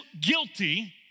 guilty